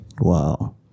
Wow